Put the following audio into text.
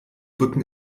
bücken